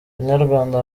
banyarwanda